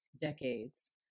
decades